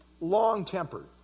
long-tempered